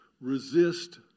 resist